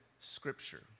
Scripture